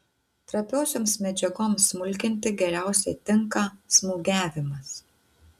trapiosioms medžiagoms smulkinti geriausiai tinka smūgiavimas